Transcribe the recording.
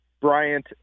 Bryant